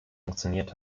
funktioniert